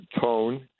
tone